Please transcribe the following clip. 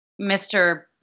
Mr